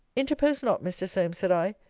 interpose not, mr. solmes, said i,